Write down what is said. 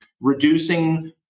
reducing